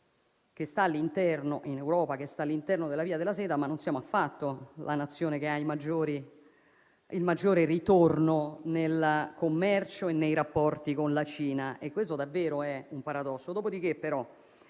l'unica Nazione in Europa che sta all'interno della via della seta, ma non siamo affatto la Nazione che ha il maggiore ritorno nel commercio e nei rapporti con la Cina. Questo è davvero un paradosso.